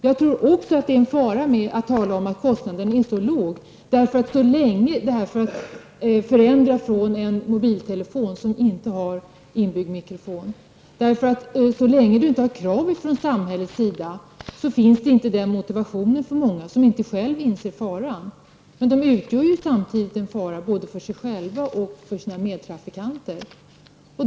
Jag tror också det är en fara med att tala om att kostnaden för att byta till en mobiltelefon som har inbyggd mikrofon är så låg. Så länge det inte ställs krav från samhällets sida finns inte motivation att byta för många som inte själva inser faran. De utgör samtidigt en fara för sig själva och för sina medtrafikanter.